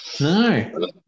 No